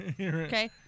Okay